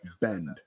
bend